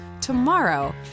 Tomorrow